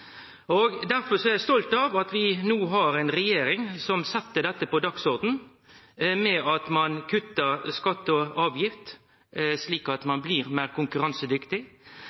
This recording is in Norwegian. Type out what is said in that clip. er derfor stolt av at vi no har ei regjering som set dette på dagsordenen ved at ein kuttar i skatt og avgift, slik at ein blir meir konkurransedyktig.